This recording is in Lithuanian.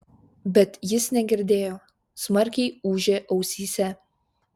bet jis negirdėjo smarkiai ūžė ausyse